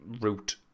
route